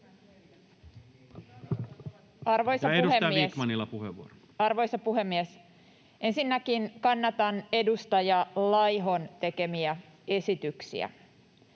Arvoisa puhemies! Ensinnäkin kannatan edustaja Laihon tekemiä esityksiä.